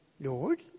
Lord